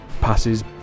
passes